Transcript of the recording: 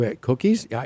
Cookies